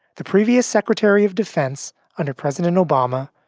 the previous secretary of defense under president obama,